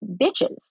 bitches